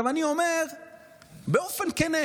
אני אומר באופן כן,